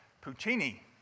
Puccini